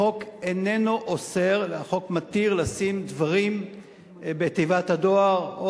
החוק מתיר לשים דברים בתיבת הדואר,